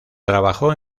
trabajó